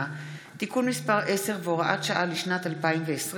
(תיקון מס' 10 והוראת שעה לשנת 2020)